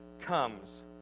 comes